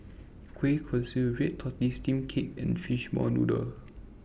Kueh Kosui Red Tortoise Steamed Cake and Fish Ball Noodles